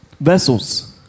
vessels